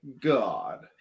god